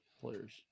players